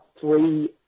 three